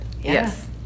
Yes